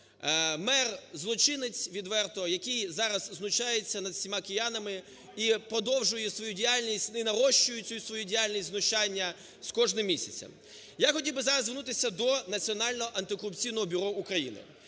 Мер-злочинець, відверто, який зараз знущається над всіма киянами і продовжує свою діяльність, в нарощує цю свою діяльність, знущання, з кожним місяцем. Я хотів би зараз звернутись до Національного антикорупційного бюро України.